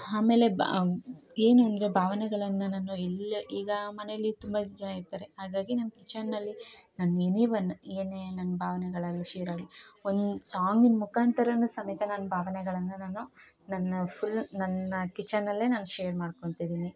ಆಮೇಲೆ ಬಾ ಏನು ಅಂದರೆ ಭಾವನೆಗಳನ್ನ ನಾನು ಇಲ್ಲಿ ಈಗ ಮನೇಲಿ ತುಂಬ ಜನ ಇದ್ದಾರೆ ಹಾಗಾಗಿ ನಾನು ಕಿಚನ್ನಲ್ಲಿ ನಾನ್ ಎನಿ ಒನ್ ಏನೆ ನನ್ನ ಭಾವನೆಗಳಾಗ್ಲಿ ಶೇರಾಗಲಿ ಒಂದು ಸಾಂಗಿನ ಮುಖಾಂತ್ರ ಸಮೇತ ನನ್ನ ಭಾವನೆಗಳನ್ನ ನಾನು ನನ್ನ ಫುಲ್ ನನ್ನ ಕಿಚನಲ್ಲೇ ನಾನು ಶೇರ್ ಮಾಡ್ಕೋಳ್ತಿದೀನಿ